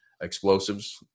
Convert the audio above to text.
explosives